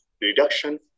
reduction